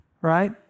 Right